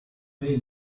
male